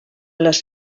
les